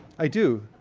i do.